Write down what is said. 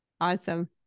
Awesome